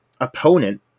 opponent